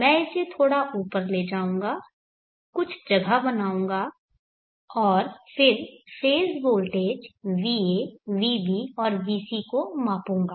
मैं इसे थोड़ा ऊपर ले जाऊंगा कुछ जगह बनाऊंगा और फिर फेज़ वोल्टेज va vb और vc को मापूंगा